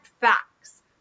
facts